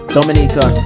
Dominica